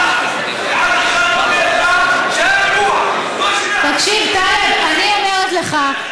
המדינה, אני אומרת לך,